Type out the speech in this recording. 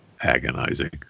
agonizing